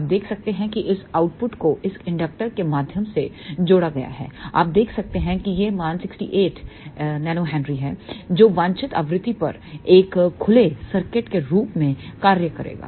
आप देख सकते हैं कि इस आउटपुट को इस इंडक्टर के माध्यम से जोड़ा गया है आप देख सकते हैं कि यह मान 68 nH है जो वांछित आवृत्ति पर एक खुले सर्किट के रूप में कार्य करेगा